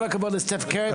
כל הכבוד לסטפן קרי ולחבריו.